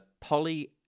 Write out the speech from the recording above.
poly